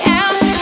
else